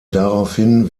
daraufhin